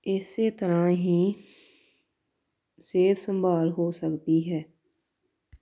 ਇਸ ਤਰ੍ਹਾਂ ਹੀ ਸਿਹਤ ਸੰਭਾਲ ਹੋ ਸਕਦੀ ਹੈ